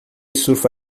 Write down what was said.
surfa